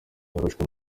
bafashwe